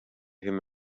him